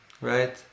right